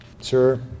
Sir